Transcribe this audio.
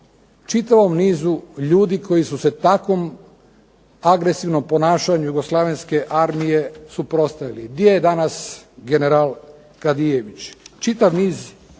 čitavom nizu ljudi koji su se takvom agresivnom ponašanju JNA suprotstavili. Gdje je danas general Kadijević? Čitav niz